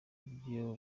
ibyo